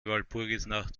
walpurgisnacht